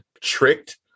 tricked